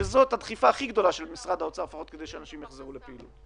שזאת הדחיפה הכי גדולה של משרד האוצר כדי שאנשים יחזרו לפעילות.